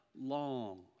long